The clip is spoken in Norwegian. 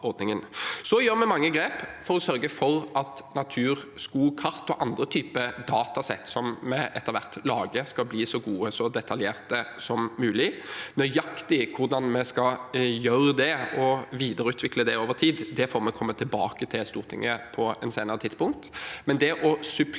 Vi gjør mange grep for å sørge for at naturskogkart og andre typer datasett som vi etter hvert lager, skal bli så gode og detaljerte som mulig. Nøyaktig hvordan vi skal gjøre det og videreutvikle det over tid, får vi komme tilbake til i Stortinget på et senere tidspunkt.